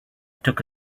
took